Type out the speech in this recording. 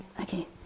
Okay